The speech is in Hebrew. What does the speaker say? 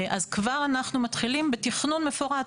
אז כבר אנחנו מתחילים בתכנון מפורט